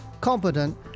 competent